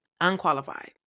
unqualified